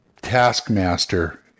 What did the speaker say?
Taskmaster